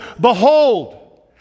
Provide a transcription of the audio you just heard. Behold